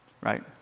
right